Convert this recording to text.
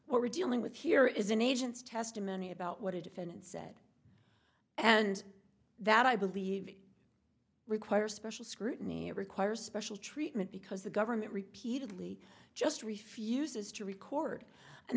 what we're dealing with here is an agent's testimony about what a defendant said and that i believe requires special scrutiny requires special treatment because the government repeatedly just refuses to record and